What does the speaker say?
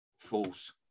False